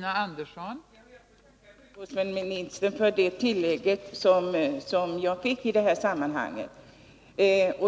Fru talman! Jag vill tacka sjukvårdsministern för det tillägg som jag fick i detta sammanhang.